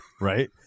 Right